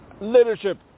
leadership